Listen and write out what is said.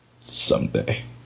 Someday